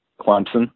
Clemson